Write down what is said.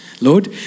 Lord